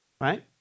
right